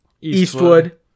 Eastwood